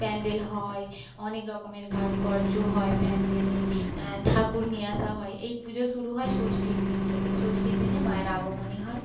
প্যান্ডেল হয় অনেক রকমের কারুকর্য হয় প্যান্ডেলে ঠাকুর নিয়ে আসা হয় এই পুজো শুরু হয় ষষ্ঠীর দিন থেকে ষষ্ঠীর দিনে মায়ের আগমনী হয়